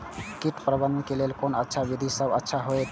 कीट प्रबंधन के लेल कोन अच्छा विधि सबसँ अच्छा होयत अछि?